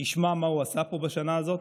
מה הוא עשה פה בשנה הזאת,